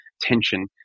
tension